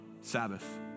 Sabbath